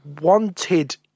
wanted